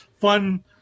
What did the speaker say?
fun